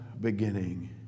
beginning